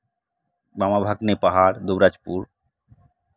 ᱢᱟᱢᱟ ᱵᱷᱟᱜᱽᱱᱮ ᱯᱟᱦᱟᱲ ᱫᱩᱵᱽᱨᱟᱡᱽᱯᱩᱨ